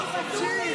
תקרא,